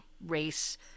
race